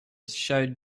showed